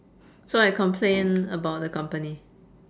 so I complain about the company